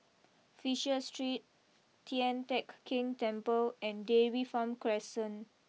Fisher Street Tian Teck Keng Temple and Dairy Farm Crescent